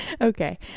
okay